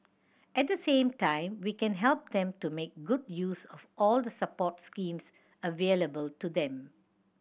at the same time we can help them to make good use of all the support schemes available to them